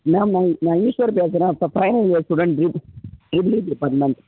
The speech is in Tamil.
மேம் நான் நான் ஈஷ்வர் பேசுகிறேன் ப பைனல் இயர் ஸ்டூடண்ட் ட்ரி ட்ரிப்புள் இ டிப்பார்ட்மெண்ட்